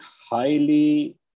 highly